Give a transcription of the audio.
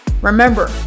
Remember